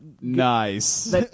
Nice